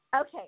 Okay